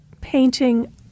painting